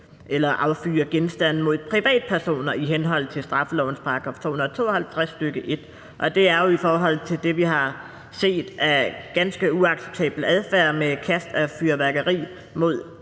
eller affyre genstande mod privatpersoner i henhold til straffelovens § 252, stk. 1. Det er med baggrund i den ganske uacceptable adfærd, vi har set, med kast af fyrværkeri mod